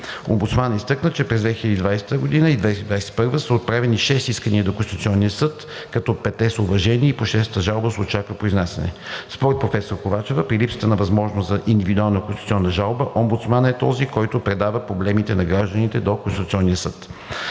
Омбудсманът изтъкна, че през 2020 г. и 2021 г. са отправени шест искания до Конституционния съд, като петте са уважени и по шестата жалба се очаква произнасяне. Според професор Ковачева при липсата на възможност за индивидуална конституционна жалба омбудсманът е този, който предава проблема на гражданите до Конституционния съд.